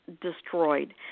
destroyed